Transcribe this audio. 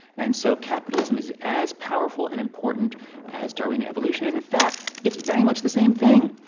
and so capitalism is as powerful and important as darwinian evolution. and in fact, it's very much the same thing.